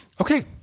Okay